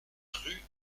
rue